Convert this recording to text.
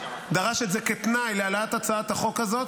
דרש את זה כתנאי להעלאת הצעת החוק הזאת,